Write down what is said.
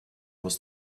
was